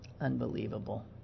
Unbelievable